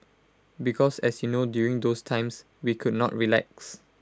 because as you know during those times we could not relax